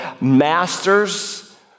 masters